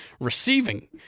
receiving